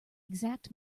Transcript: exact